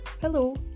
Hello